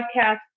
Podcast